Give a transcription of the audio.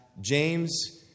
James